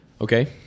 Okay